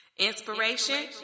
Inspiration